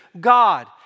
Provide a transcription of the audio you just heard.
God